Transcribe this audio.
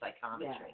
psychometry